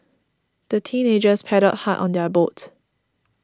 the teenagers paddled hard on their boat